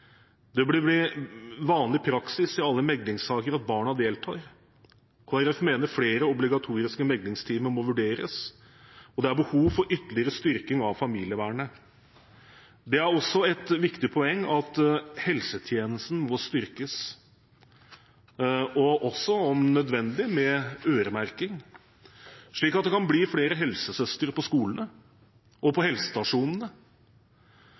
Det bør bli vanlig praksis i alle meglingssaker at barna deltar. Kristelig Folkeparti mener at flere obligatoriske meglingstimer må vurderes, og det er behov for ytterligere styrking av familievernet. Det er også et viktig poeng at helsetjenesten må styrkes, om nødvendig også med øremerking, slik at det kan bli flere helsesøstre på skolene og på helsestasjonene.